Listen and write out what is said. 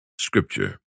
Scripture